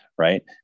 right